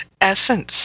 essence